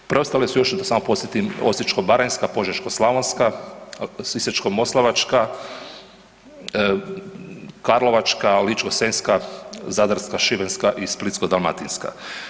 Preostale su samo još samo da podsjetim Osječko-baranjska, Požeško-slavonska, Sisačko-moslavačka, Karlovačka, Ličko-senjska, Zadarska, Šibenska i Splitsko-dalmatinska.